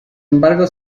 embargo